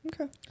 Okay